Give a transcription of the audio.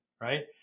right